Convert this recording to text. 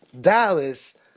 Dallas